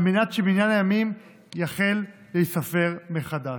על מנת שמניין הימים יחל להיספר מחדש.